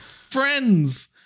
friends